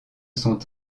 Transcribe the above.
sont